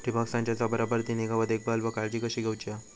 ठिबक संचाचा बराबर ती निगा व देखभाल व काळजी कशी घेऊची हा?